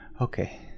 Okay